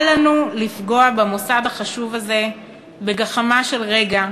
אל לנו לפגוע במוסד החשוב הזה בגחמה של רגע,